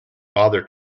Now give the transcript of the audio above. bother